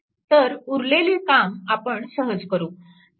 तर उरलेले काम आपण सहज करू शकू